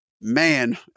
man